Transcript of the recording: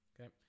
Okay